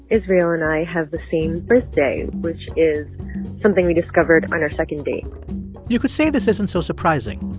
israel, and i have the same birthday, which is something we discovered on our second date you could say this isn't so surprising.